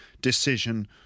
decision